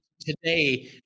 today